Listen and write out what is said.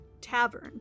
Tavern